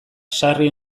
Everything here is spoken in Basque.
sarri